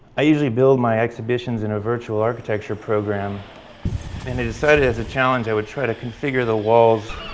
i usually build my exhibitions in a virtual architecture program and they decided as a challenge, i would try to configure the walls